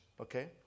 Okay